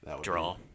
draw